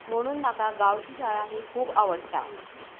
म्हणून म्हाका गांवची शाळा ही खूब आवडटा